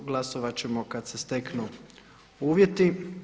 Glasovat ćemo kad se steknu uvjeti.